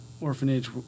orphanage